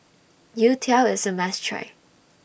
Youtiao IS A must Try